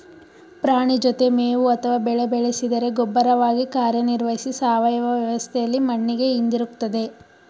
ಪ್ರಾಣಿ ಜೊತೆ ಮೇವು ಅಥವಾ ಬೆಳೆ ಬೆಳೆಸಿದರೆ ಗೊಬ್ಬರವಾಗಿ ಕಾರ್ಯನಿರ್ವಹಿಸಿ ಸಾವಯವ ವ್ಯವಸ್ಥೆಲಿ ಮಣ್ಣಿಗೆ ಹಿಂದಿರುಗ್ತದೆ